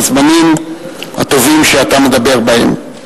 בזמנים הטובים שאתה מדבר בהם,